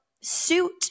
suit